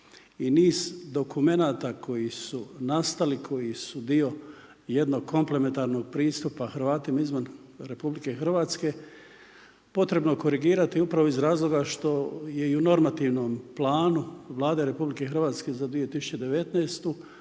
i niz dokumenata koji su nastali koji su dio jednog komplementarnog pristupa Hrvatima izvan Republike Hrvatske potrebno korigirati upravo iz razloga što je i u normativnom planu Vlada Republike Hrvatske za 2019.